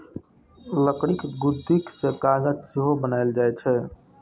लकड़ीक लुगदी सं कागज सेहो बनाएल जाइ छै